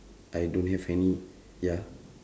I don't have any ya